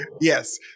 yes